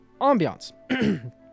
ambiance